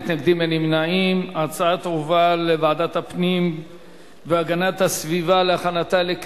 לדיון מוקדם בוועדת הפנים והגנת הסביבה נתקבלה.